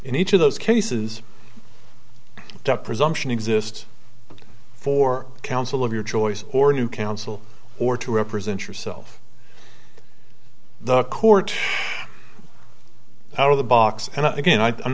in each of those cases duck presumption exists for counsel of your choice or new counsel or to represent yourself the court out of the box and again i